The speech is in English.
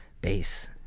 base